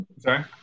sorry